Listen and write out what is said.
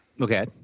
okay